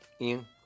Ian